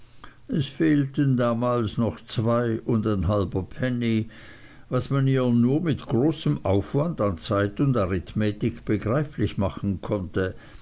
es fehlten damals noch zwei und ein halber penny was man ihr nur mit einem großen aufwand an zeit und arithmetik begreiflich machen konnte